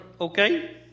Okay